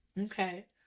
Okay